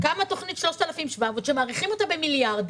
קמה תוכנית 3700 שמעריכים אותה במיליארדים.